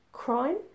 Crime